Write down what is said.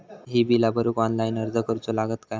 ही बीला भरूक ऑनलाइन अर्ज करूचो लागत काय?